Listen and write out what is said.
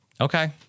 Okay